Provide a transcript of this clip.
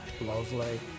Lovely